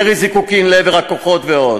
ירי זיקוקים לעבר הכוחות ועוד.